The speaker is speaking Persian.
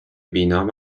بینام